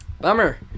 Bummer